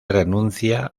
renuncia